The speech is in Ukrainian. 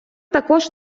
також